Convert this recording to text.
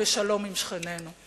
לשלום עם שכנינו.